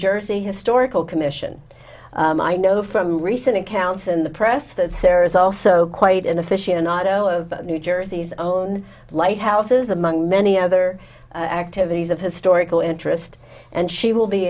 jersey historical commission i know from recent accounts in the press that there is also quite an afficionado of new jersey's own lighthouses among many other activities of historical interest and she will be